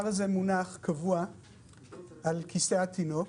התליון הכתום הזה מונח באופן קבוע על כיסא התינוק.